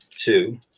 two